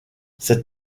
ces